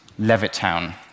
Levittown